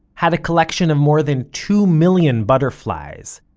had a collection of more than two million butterflies,